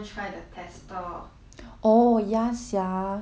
oh ya sia 你知道吗然后我不是想要去